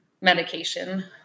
medication